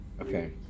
Okay